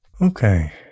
Okay